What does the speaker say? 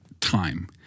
time